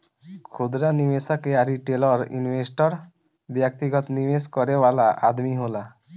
खुदरा निवेशक या रिटेल इन्वेस्टर व्यक्तिगत निवेश करे वाला आदमी होला